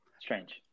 strange